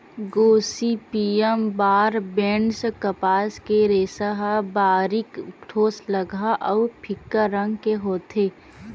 Gossypium barbadense कपास के रेसा ह बारीक, ठोसलगहा अउ फीक्का रंग के होथे